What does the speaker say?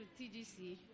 TGC